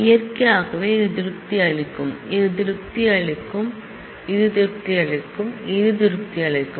இயற்கையாகவே இது திருப்தி அளிக்கும் இது திருப்தி அளிக்கும் இது திருப்தி அளிக்கும் இது திருப்தி அளிக்கும்